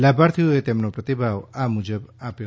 લાભાર્થીઓએ તેમનો પ્રતીભાવ આ મુજબ આપ્યો